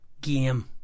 game